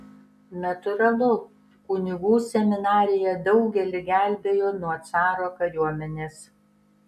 natūralu kunigų seminarija daugelį gelbėjo nuo caro kariuomenės